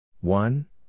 One